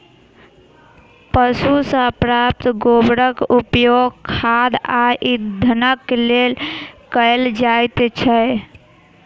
पशु सॅ प्राप्त गोबरक उपयोग खाद आ इंधनक लेल कयल जाइत छै